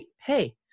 Hey